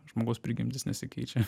žmogaus prigimtis nesikeičia